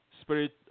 spirit